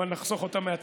אבל נחסוך אותם מהציבור.